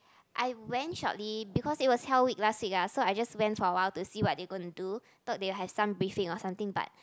I went shortly because it was hell week last week ah so I just went for a while to see what they gonna do thought they will have some briefing or something but